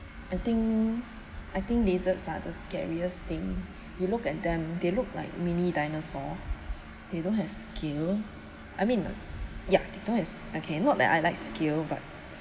I think I think lizards are the scariest thing you look at them they look like mini dinosaur they don't have scales I mean like ya they don't have okay not that I like scales but